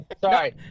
sorry